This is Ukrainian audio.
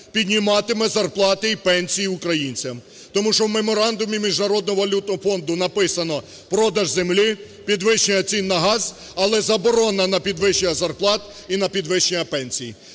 підніматиме зарплати і пенсії українцям? Тому що у меморандумі Міжнародного валютного фонду написано: продаж землі, підвищення цін на газ, але заборона на підвищення зарплат і на підвищення пенсій.